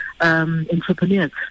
entrepreneurs